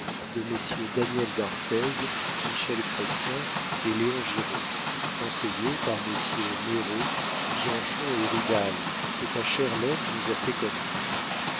de messieurs daniel d'arthez michel chrestien et léon giraud conseillé par messieurs meyraux bianchon et ridal que ta chère lettre nous a fait connaître